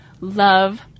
love